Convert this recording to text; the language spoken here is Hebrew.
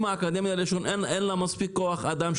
אם לאקדמיה ללשון אין לה מספיק כוח אדם,